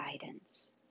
guidance